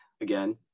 again